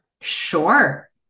Sure